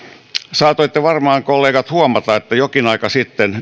saatoitte varmaan kollegat huomata että jokin aika sitten